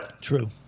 True